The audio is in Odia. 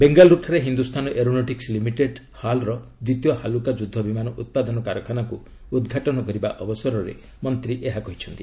ବେଙ୍ଗାଲୁରୁଠାରେ ହିନ୍ଦୁସ୍ଥାନ ଏରୋନଟିକ୍ସ ଲିମିଟେଡ୍ ହାଲ୍ ର ଦ୍ୱିତୀୟ ହାଲୁକା ଯୁଦ୍ଧ ବିମାନ ଉତ୍ପାଦନ କାରଖାନାକୁ ଉଦ୍ଘାଟନ କରିବା ଅବସରରେ ମନ୍ତ୍ରୀ ଏହା କହିଚ୍ଚନ୍ତି